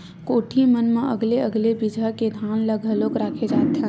कोठी मन म अलगे अलगे बिजहा के धान ल घलोक राखे जाथेन